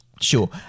Sure